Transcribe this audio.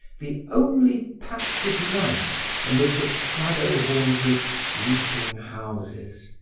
the only patch of light amid the shadow-haunted, sleeping houses.